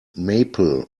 maple